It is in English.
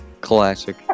Classic